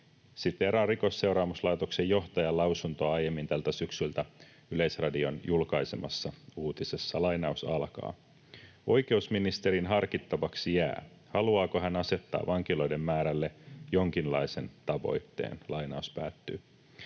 siteeraan Rikosseuraamuslaitoksen johtajan lausuntoa aiemmin tältä syksyltä Yleisradion julkaisemassa uutisessa: ”Oikeusministerin harkittavaksi jää, haluaako hän asettaa vankiloiden määrälle jonkinlaisen tavoitteen.” Eli kyllä tässä